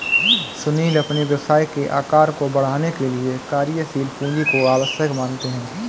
सुनील अपने व्यवसाय के आकार को बढ़ाने के लिए कार्यशील पूंजी को आवश्यक मानते हैं